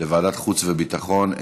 לוועדת החוץ והביטחון.